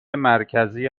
مرکزی